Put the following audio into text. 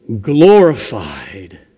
glorified